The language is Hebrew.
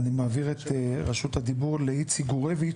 אני חייב להעביר דברי סיכום.